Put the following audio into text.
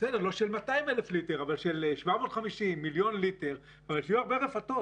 לא של 200,000 ליטר אבל של 750-1,000,000 ליטר שיהיו הרבה רפתות.